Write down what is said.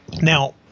Now